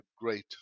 great